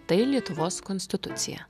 tai lietuvos konstitucija